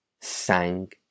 sang